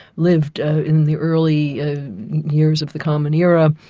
lived in the early years of the common era,